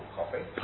coffee